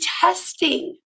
testing